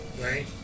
Right